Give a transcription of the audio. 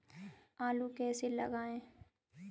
आलू कैसे लगाएँ?